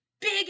big